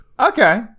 Okay